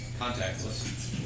contactless